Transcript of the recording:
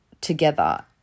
together